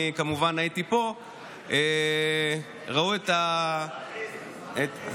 אני כמובן הייתי פה, אנרכיסטים, אנרכיסטים.